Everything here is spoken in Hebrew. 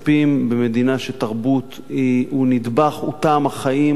במדינה שתרבות היא נדבך והיא טעם החיים בה.